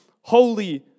holy